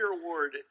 award